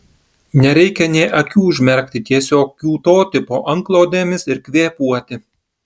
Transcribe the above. nereikia nė akių užmerkti tiesiog kiūtoti po antklodėmis ir kvėpuoti